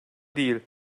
değil